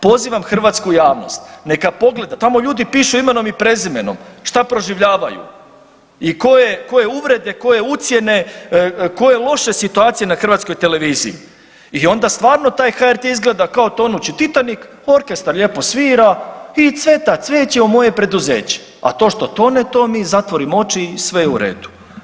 Pozivam hrvatsku javnost, neka pogleda, tamo ljudi pišu imenom i prezimenom, šta proživljavaju i koje uvrede, koje ucjene, koje loše situacije na Hrvatskoj televiziji i onda stvarno taj HRT izgleda kao tonući Titanik, orkestar lijepo svira i cveta cveće u moje preduzeće, a to što tone, to mi zatvorimo oči i sve je u redu.